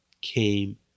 came